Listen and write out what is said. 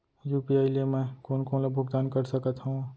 UPI ले मैं कोन कोन ला भुगतान कर सकत हओं?